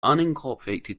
unincorporated